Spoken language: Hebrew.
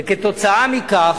וכתוצאה מכך,